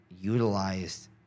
utilized